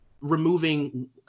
removing